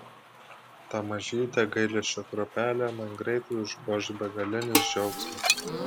tą mažytę gailesčio kruopelę man greitai užgoš begalinis džiaugsmas